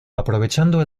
aprovechando